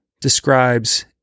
describes